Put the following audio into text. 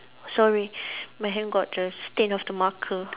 sorry my hand got the stain of the marker